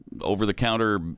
over-the-counter